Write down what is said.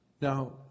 Now